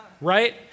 right